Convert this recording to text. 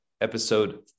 episode